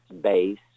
base